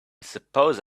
suppose